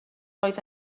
oedd